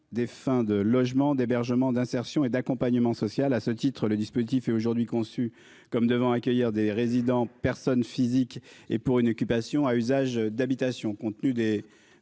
Des fins de logements d'hébergement d'insertion et d'accompagnement social. À ce titre, le dispositif est aujourd'hui conçue comme devant accueillir des résidents personne physique et pour une occupation à usage d'habitation,